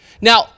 Now